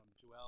Joel